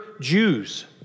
Jews